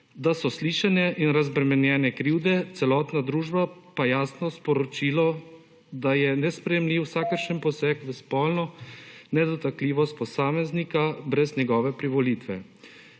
da so slišane in razbremenjene krivde, celotna družba pa jasno sporočilo, da je nesprejemljiv vsakršnem poseg v spolno nedotakljivost posameznika brez njegove privolitve.